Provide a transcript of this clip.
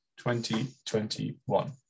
2021